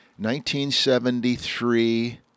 1973